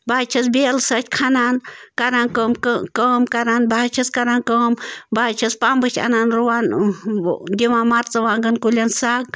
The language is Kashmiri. بہٕ حظ چھَس بیلہٕ سۭتۍ کھنان کَران کٲم کہٕ کٲم کَران بہٕ حظ چھَس کَران کٲم بہٕ حظ چھَس پمبٕچ اَنان رُوان دِوان مرژٕوانٛگَن کُلٮ۪ن سَگ